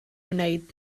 wneud